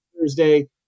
Thursday